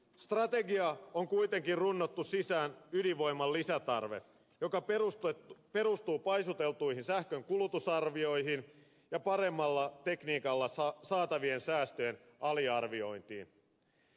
strategiaan on kuitenkin runnottu sisään ydinvoiman lisätarve joka perustuu paisuteltuihin sähkön kulutusarvioihin ja paremmalla tekniikalla saatavien säästöjen aliarviointiin